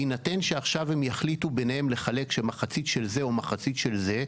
בהינתן שעכשיו הם יחליטו ביניהם לחלק שמחצית של זה או מחצית של זה,